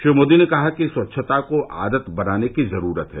श्री मोदी ने कहा कि स्वच्छता को आदत बनाने की जरूरत है